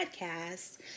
podcast